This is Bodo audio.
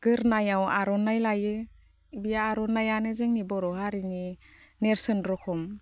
गोदोनायाव आरनाइ लायो बे आरनाइयानो जोंनि बर' हारिनि नेरसोन रोखोम